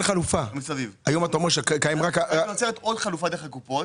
כרגע נוצרת עוד חלופה דרך הקופות.